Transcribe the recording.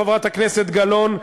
חברת הכנסת גלאון,